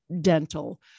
dental